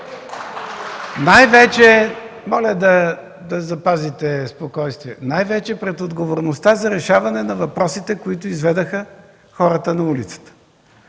от ДПС) – моля да запазите спокойствие – най-вече пред отговорността за решаване на въпросите, които изведоха хората на улицата.